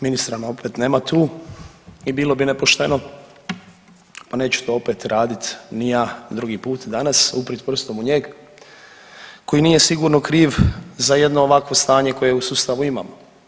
Ministra nam opet nema tu i bilo bi nepošteno, a neću to opet radit ni ja drugi put danas uprt prstom u njega koji nije sigurno kriv za jedno ovakvo stanje koje u sustavu imamo.